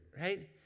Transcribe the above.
right